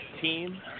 team